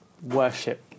worship